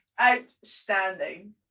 Outstanding